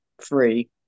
free